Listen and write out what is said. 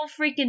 freaking